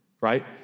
right